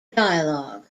dialogue